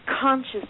conscious